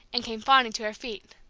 and came fawning to her feet.